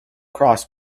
cross